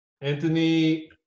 Anthony